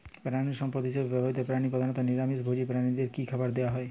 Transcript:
প্রাণিসম্পদ হিসেবে ব্যবহৃত প্রাণী প্রধানত নিরামিষ ভোজী প্রাণীদের কী খাবার দেয়া হয়?